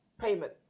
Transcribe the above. payment